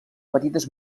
petites